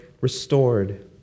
restored